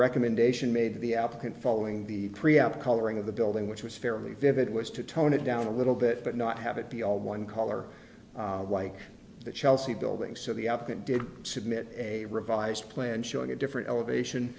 recommendation made the applicant following the preamp coloring of the building which was fairly vivid was to tone it down a little bit but not have it be all one color like the chelsea building so the up and did submit a revised plan showing a different elevation